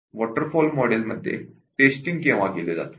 water fall मॉडेलमध्ये testing केव्हा केले जाते